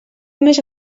més